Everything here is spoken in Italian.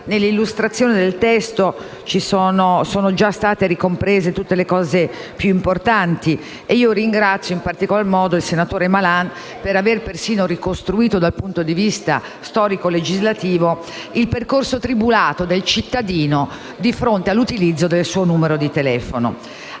nell'illustrazione del testo sono già state citate tutte le questioni più importanti. Ringrazio in particolare modo il senatore Malan per aver ricostruito, dal punto di vista storico e legislativo, il percorso tribolato del cittadino di fronte all'utilizzo del suo numero di telefono.